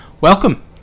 Welcome